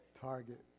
Target